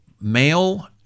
male